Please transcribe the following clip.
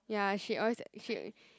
ya she always she